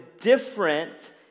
different